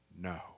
No